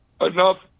enough